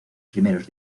primeros